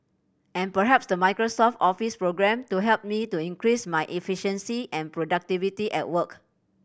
and perhaps the Microsoft Office programme to help me to increase my efficiency and productivity at work